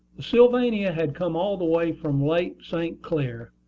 the sylvania had come all the way from lake st. clair,